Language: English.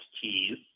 cheese